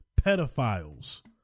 pedophiles